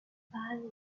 fan